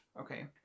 Okay